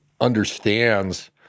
understands